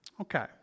Okay